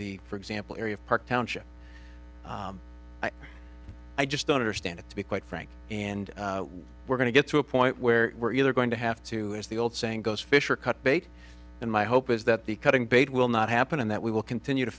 the for example area of park township i just don't understand it to be quite frank and we're going to get to a point where we're either going to have to as the old saying goes fish or cut bait and my hope is that the cutting bait will not happen and that we will continue to